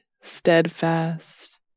steadfast